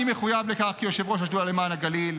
אני מחויב לכך כיושב-ראש השדולה למען הגליל.